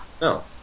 No